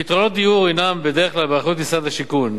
פתרונות דיור הם בדרך כלל באחריות משרד השיכון.